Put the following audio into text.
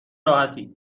راحتی